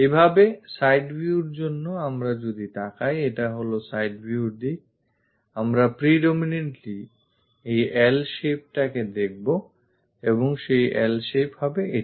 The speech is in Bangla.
একইভাবেside viewর জন্য আমরা যদি তাকাই এটা হলো side viewর দিক আমরা predominantly এই L shape টা দেখতে থাকব এবং সেই L shape হবে এটা